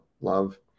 love